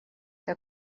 que